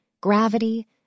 —gravity